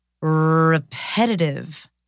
repetitive